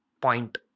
point